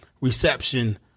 reception